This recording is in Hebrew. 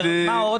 מה עוד?